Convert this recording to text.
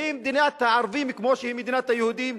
האם היא מדינת הערבים כמו שהיא מדינת היהודים?